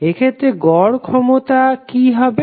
এক্ষেত্রে গড় ক্ষমতার কি হবে